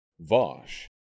Vosh